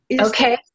Okay